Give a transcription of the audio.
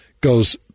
goes